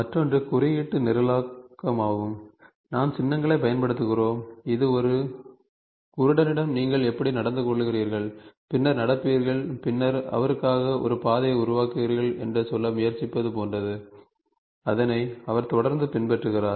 மற்றொன்று குறியீட்டு நிரலாக்கமாகும் நாம் சின்னங்களைப் பயன்படுத்துகிறோம் இது ஒரு குருடனிடம் நீங்கள் எப்படி நடந்துகொள்கிறீர்கள் பின்னர் நடப்பீர்கள் பின்னர் அவருக்காக ஒரு பாதையை உருவாக்குவீர்கள் என்று சொல்ல முயற்சிப்பது போன்றது அதனை அவர் தொடர்ந்து பின்பற்றுகிறார்